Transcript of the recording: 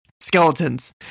skeletons